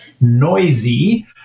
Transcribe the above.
noisy